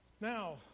now